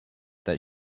that